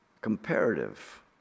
comparative